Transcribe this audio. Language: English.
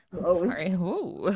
Sorry